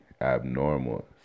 abnormal